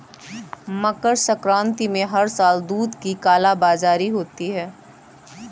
मकर संक्रांति में हर साल दूध की कालाबाजारी होती है